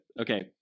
Okay